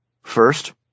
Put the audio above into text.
First